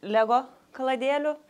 lego kaladėlių